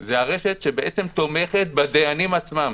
היא בעצם הרשת שתומכת בדיינים עצמם.